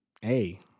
hey